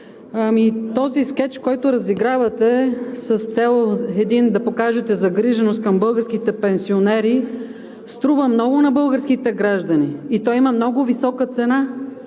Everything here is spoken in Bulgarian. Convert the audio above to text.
Този скеч, който разигравате с една цел – да покажете загриженост към българските пенсионери, струва много на българските граждани и той има много висока цена.